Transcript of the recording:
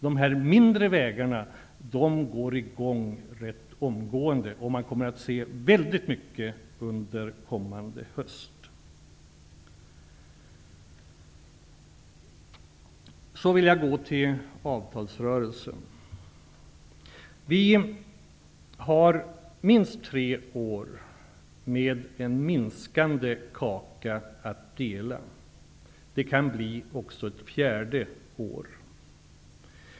De mindre vägprojekten kommer att starta rätt omgående. Det kommer vi att se mycket av under kommande höst. Så till avtalsrörelsen! Under minst tre år kommer vi att få dela på en kaka som minskar. Det kan även handla om ett fjärde år.